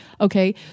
Okay